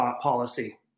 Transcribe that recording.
policy